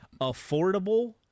affordable